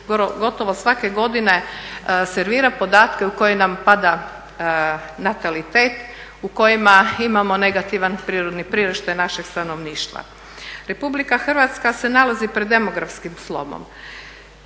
gotovo svake godine servira podatke u koje nam pada natalitet, u kojima imamo negativan prirodni priraštaj našeg stanovništva. Republika Hrvatska se nalazi pred demografskim slomom